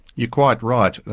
you're quite right,